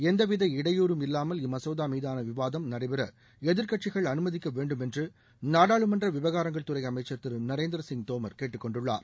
எந்தவித இடையூறும் இல்லாமல் இம்மசோதா மீதான விவாதம் நடைபெற எதிர்க்கட்சிகள் அனுமதிக்க வேண்டும் என்று நாடாளுமன்ற விவகாரங்கள் துறை அமைச்சர் திரு நரேந்திரசிங் தோம் கேட்டுக்கொண்டுள்ளார்